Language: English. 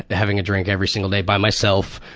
having a drink every single day by myself.